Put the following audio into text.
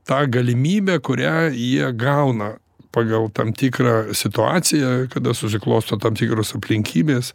tą galimybę kurią jie gauna pagal tam tikrą situaciją kada susiklosto tam tikros aplinkybės